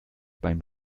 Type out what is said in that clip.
beim